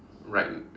right